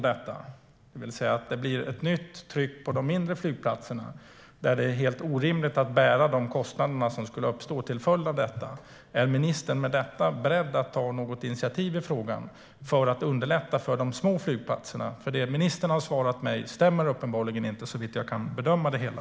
Det blir ett nytt tryck på de mindre flygplatserna, där det är helt orimligt att bära de kostnader som skulle uppstå till följd av detta. Är ministern beredd att ta något initiativ i frågan för att underlätta för de små flygplatserna? Det ministern har svarat mig stämmer uppenbarligen inte, såvitt jag kan bedöma det hela.